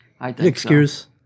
excuse